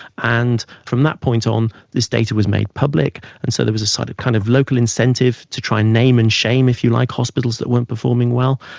and from that point on, this data was made public, and so there was a sort of kind of local incentive to try and name and shame if you like, hospitals that weren't performing well,